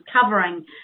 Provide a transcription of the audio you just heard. covering